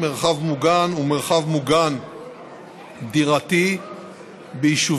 מרחב מוגן ומרחב מוגן דירתי ביישובים